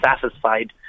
satisfied